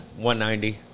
190